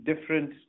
different